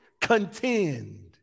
contend